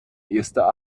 ester